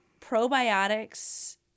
probiotics